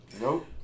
Nope